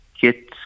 get